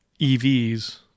EVs